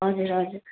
हजुर हजुर